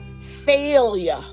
failure